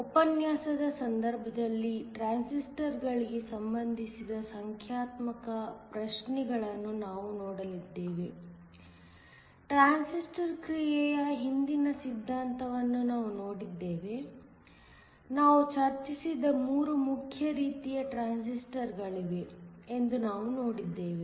ಉಪನ್ಯಾಸದ ಸಂದರ್ಭದಲ್ಲಿ ಟ್ರಾನ್ಸಿಸ್ಟರ್ಗಳಿಗೆ ಸಂಬಂಧಿಸಿದ ಸಂಖ್ಯಾತ್ಮಕ ಪ್ರಶ್ನೆ ಗಳನ್ನು ನಾವು ನೋಡಲಿದ್ದೇವೆ ಟ್ರಾನ್ಸಿಸ್ಟರ್ ಕ್ರಿಯೆಯ ಹಿಂದಿನ ಸಿದ್ಧಾಂತವನ್ನು ನಾವು ನೋಡಿದ್ದೇವೆ ನಾವು ಚರ್ಚಿಸಿದ ಮೂರು ಮುಖ್ಯ ರೀತಿಯ ಟ್ರಾನ್ಸಿಸ್ಟರ್ಗಳಿವೆ ಎಂದು ನಾವು ನೋಡಿದ್ದೇವೆ